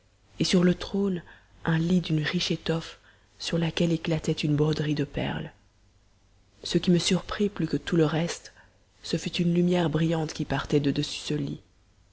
et sur le trône un lit d'une riche étoffe sur laquelle éclatait une broderie de perles ce qui me surprit plus que tout le reste ce fut une lumière brillante qui partait de dessus ce lit